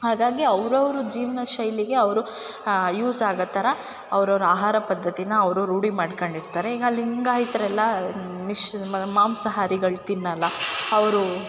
ಹಾಗಾಗಿ ಅವ್ರವ್ರ ಜೀವನ ಶೈಲಿಗೆ ಅವರು ಯೂಸ್ ಆಗೋ ಥರ ಅವ್ರವ್ರ ಆಹಾರ ಪದ್ದತಿ ಅವರು ರೂಢಿ ಮಾಡ್ಕೊಂಡಿರ್ತಾರೆ ಈಗ ಲಿಂಗಾಯಿತರೆಲ್ಲ ಮಿಶ್ರ ಮಾಂಸಹಾರಿಗಳು ತಿನ್ನೊಲ್ಲ ಅವರು